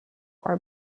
are